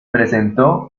presentó